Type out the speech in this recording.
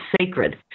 sacred